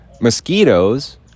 mosquitoes